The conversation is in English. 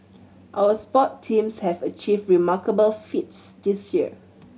our sport teams have achieved remarkable feats this year